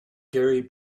gary